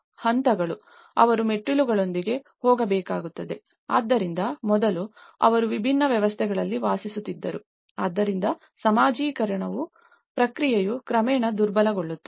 ಹಂತಗಳು ಅವರು ಮೆಟ್ಟಿಲುಗಳೊಂದಿಗೆ ಹೋಗಬೇಕಾಗುತ್ತದೆ ಆದ್ದರಿಂದ ಮೊದಲು ಅವರು ವಿಭಿನ್ನ ವ್ಯವಸ್ಥೆಗಳಲ್ಲಿ ವಾಸಿಸುತ್ತಿದ್ದರು ಆದ್ದರಿಂದ ಸಾಮಾಜಿಕೀಕರಣ ಪ್ರಕ್ರಿಯೆಯು ಕ್ರಮೇಣ ದುರ್ಬಲಗೊಳ್ಳುತ್ತದೆ